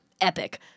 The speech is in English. Epic